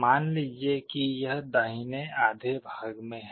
मान लीजिए कि यह दाहिने आधे भाग में है